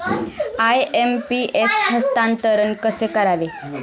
IMPS हस्तांतरण कसे करावे?